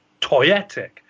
toyetic